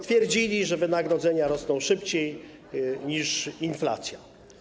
Twierdzili, że wynagrodzenia rosną szybciej niż inflacja.